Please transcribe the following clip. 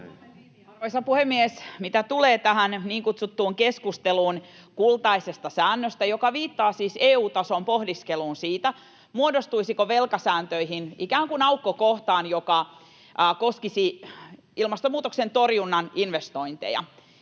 Arvoisa puhemies! Mitä tulee tähän keskusteluun niin kutsutusta kultaisesta säännöstä — joka viittaa siis EU-tason pohdiskeluun siitä, muodostuisiko velkasääntöihin ikään kuin aukkokohtaa, joka koskisi ilmastonmuutoksen torjunnan investointeja